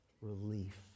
relief